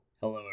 Hello